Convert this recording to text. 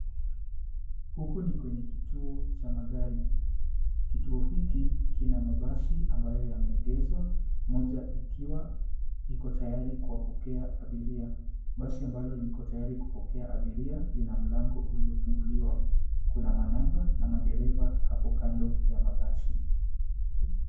Huku ni kwenye kituo cha magari. Kituo hiki kina mabasi ambayo yameegezwa moja ikiwa iko tayari kuwapokea abiria. Basi ambalo liko tayari kuwapokea abiria lina mlango uliofunguliwa. Kuna manamba na madereva hapo kando ya mabasi.